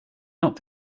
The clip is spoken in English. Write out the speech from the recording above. not